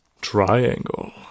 Triangle